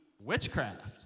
witchcraft